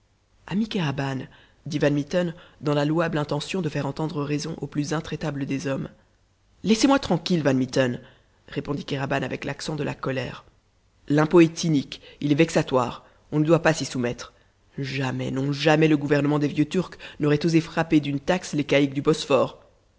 ami kéraban dit van mitten dans la louable intention de faire entendre raison au plus intraitable des hommes laissez-moi tranquille van mitten répondit kéraban avec l'accent de la colère l'impôt est inique il est vexatoire on ne doit pas s'y soumettre jamais non jamais le gouvernement des vieux turcs n'aurait osé frapper d'une taxe les caïques du bosphore